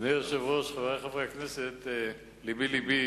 אדוני היושב-ראש, חברי חברי הכנסת, לבי לבי